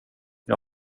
jag